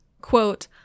quote